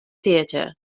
theater